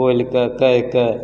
बोलिके कहिके